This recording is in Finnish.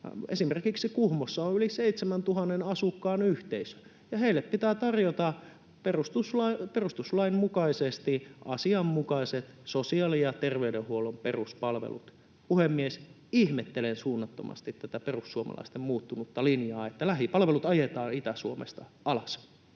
esimerkiksi Kuhmossa on yli 7 000 asukkaan yhteisö, ja heille pitää tarjota perustuslain mukaisesti asianmukaiset sosiaali- ja terveydenhuollon peruspalvelut. Puhemies! Ihmettelen suunnattomasti tätä perussuomalaisten muuttunutta linjaa, että lähipalvelut ajetaan Itä-Suomesta alas.